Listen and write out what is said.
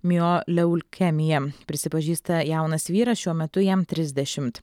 mioleulkemija prisipažįsta jaunas vyras šiuo metu jam trisdešimt